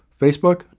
facebook